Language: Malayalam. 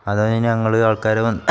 അതു കഴിഞ്ഞ് ഞങ്ങൾ ആൾക്കാർ വന്ന്